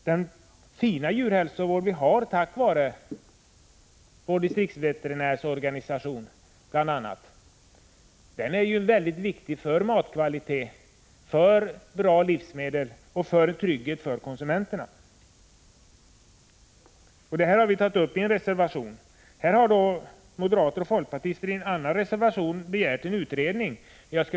Den fina djurhälsovård vi har, bl.a. tack vare distriktsveterinärorganisationen, är väldigt viktig för matkvaliteten, för bra livsmedel och för konsumenternas trygghet. Detta har vi tagit upp i en reservation. Moderaterna och folkpartisterna har i en annan reservation begärt en utredning.